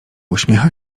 uśmiecha